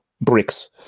bricks